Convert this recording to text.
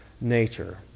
nature